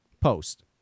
post